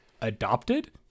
adopted